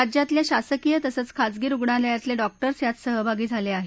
राज्यातल्या शासकीय तसंच खाजगी रुग्णालयातले डॉक्टर्स यात सहभागी झाले आहेत